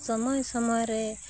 ᱥᱚᱢᱚᱭ ᱥᱚᱢᱚᱭᱨᱮ